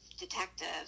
detectives